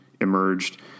emerged